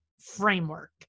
framework